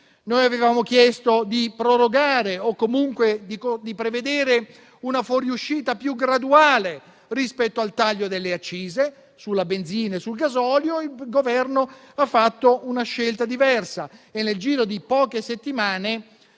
Avevamo chiesto di prorogare o comunque di prevedere una fuoriuscita più graduale rispetto al taglio delle accise sulla benzina e sul gasolio: il Governo ha fatto una scelta diversa e nel giro di poche settimane